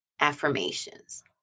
affirmations